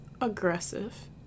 aggressive